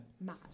Mad